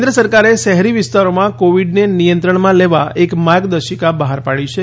કેન્દ્ર સરકારે શહેરી વિસ્તારોમાં કોવીડને નિયંત્રણમાં લેવા એક માર્ગદર્શિકા બહાર પાડી છે